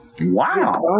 Wow